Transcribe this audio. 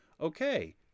okay